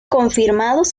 confirmados